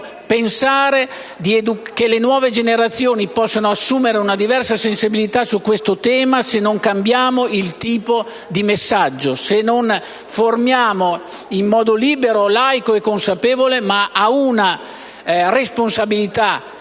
infatti, che le nuove generazioni assumano una diversa sensibilità su questo tema se non cambiamo il tipo di messaggio, se non le formiamo in modo libero, laico e consapevole ad una responsabilità,